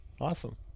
Awesome